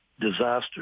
disaster